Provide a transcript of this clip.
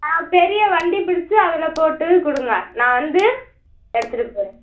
ஆ பெரிய வண்டி பிடிச்சு அதில் போட்டு கொடுங்க நான் வந்து எடுத்துகிட்டுப் போகிறேன்